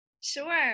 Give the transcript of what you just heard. Sure